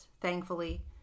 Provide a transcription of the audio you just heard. thankfully